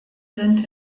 sind